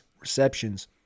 receptions